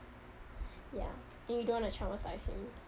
ya then you don't want to traumatise him